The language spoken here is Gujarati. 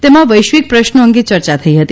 તેમાં વૈશ્વિક પ્રશ્નો અંગે યર્યા થઇ હતી